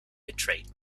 betrayed